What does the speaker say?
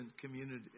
community